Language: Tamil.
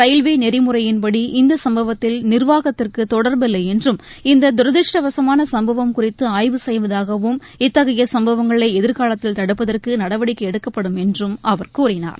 ரயில்வேநெறிமுறையின்படி இந்தசம்பவத்தில் நிர்வாகத்திற்குதொடர்பில்லைஎன்றும் இந்ததரதிருஷ்டவசமானசம்பவம் குறித்துஆய்வு செய்வதாகவும் இத்தகையசம்பவங்களைஎதிர்காலத்தில் தடுப்பதற்குநடவடிக்கைஎடுக்கப்படும் என்றும் அவர் கூறினார்